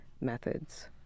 methods